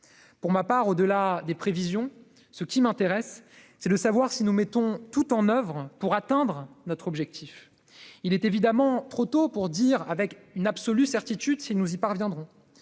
Pour ma part, au-delà des prévisions, ce qui m'intéresse, c'est de savoir si nous mettons tout en oeuvre pour atteindre notre objectif. Il est évidemment trop tôt pour dire avec une absolue certitude si nous y parviendrons,